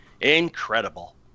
incredible